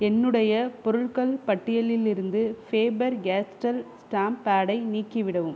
என்னுடைய பொருட்கள் பட்டியலிலிருந்து ஃபேபர் கேஸ்ட்ரல் ஸ்டாம்ப் பேடை நீக்கிவிடவும்